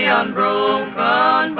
unbroken